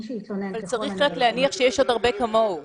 צריך להניח שיש עוד הרבה כמוהו.